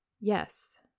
Yes